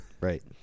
right